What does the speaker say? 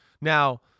Now